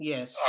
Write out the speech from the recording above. Yes